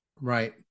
right